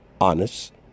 honest